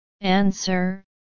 Answer